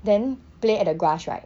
then play at a grass right